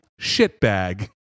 shitbag